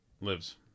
Lives